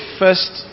first